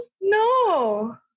No